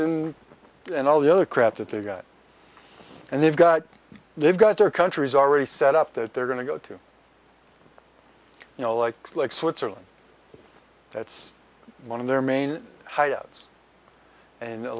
sin and all the other crap that they've got and they've got they've got their country's already set up that they're going to go to you know like it's like switzerland that's one of their main hideouts in a